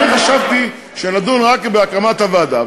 הרי אני חשבתי שנדון רק בהקמת הוועדה.